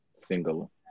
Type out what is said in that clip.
single